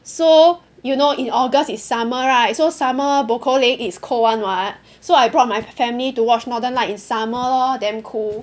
so you know in August it's summer right so summer bokoleng it's cold [one] [what] so I brought my family to watch northern light in summer lor damn cool